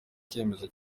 icyemezo